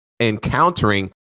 encountering